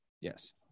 Yes